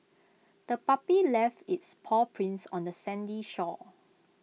the puppy left its paw prints on the sandy shore